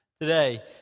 today